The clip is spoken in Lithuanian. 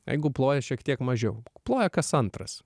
jeigu ploja šiek tiek mažiau ploja kas antras